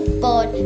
board